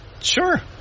Sure